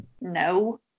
No